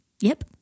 Yep